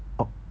oh